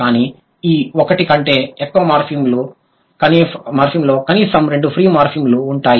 కానీ ఈ ఒకటి కంటే ఎక్కువ మార్ఫిమ్లో కనీసం రెండు ఫ్రీ మార్ఫిమ్ లు ఉంటాయి